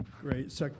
great